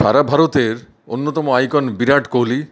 সারা ভারতের অন্যতম আইকন বিরাট কোহলি